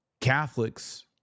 Catholics